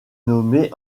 nommée